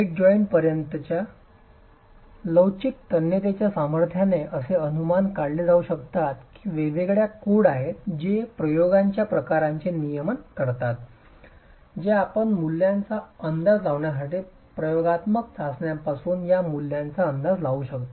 bed joint पर्यंतच्या लवचिक तन्यतेच्या सामर्थ्याने असे अनुमान काढले जाऊ शकतात की वेगवेगळ्या कोड आहेत जे प्रयोगांच्या प्रकारांचे नियमन करतात जे आपण या मूल्यांचा अंदाज लावण्यासाठी प्रयोगात्मक चाचण्यांमधून या मूल्यांचा अंदाज लावू शकता